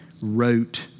wrote